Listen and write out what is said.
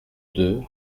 deux